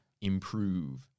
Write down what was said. improve